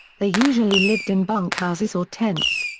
they usually lived in bunkhouses or tents.